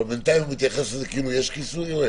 בינתיים הוא מתייחס לזה כאילו יש כיסוי או אין?